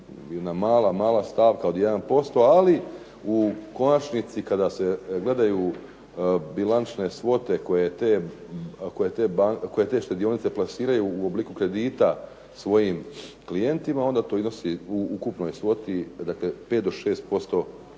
mala stavka od 1%, ali u konačnici kada se gledaju bilančne svote koje te štedionice plasiraju u obliku kredita svojim klijentima onda to iznosi u ukupnoj svoti 5 do 6% kredita